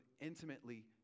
intimately